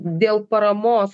dėl paramos